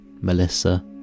Melissa